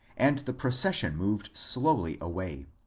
and the procession moved slowly away.